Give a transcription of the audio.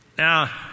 Now